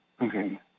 Okay